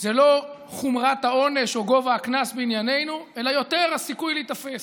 זה לא חומרת העונש או גובה הקנס בענייננו אלא יותר הסיכוי להיתפס.